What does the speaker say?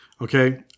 Okay